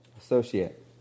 associate